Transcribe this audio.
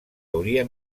hauria